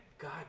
god